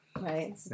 right